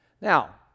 Now